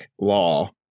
law